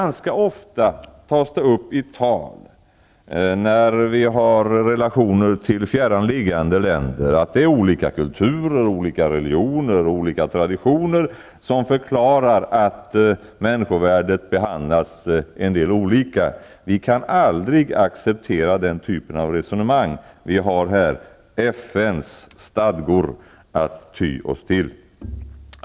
När det gäller fjärran liggande länder sägs det ganska ofta i tal att olika kulturer, olika religioner, olika traditioner är förklaringen till olika behandling av människovärdet. Vi kan aldrig acceptera den typen av resonemang. Vi har här FN:s stadgor att ty oss till.